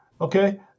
Okay